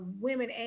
women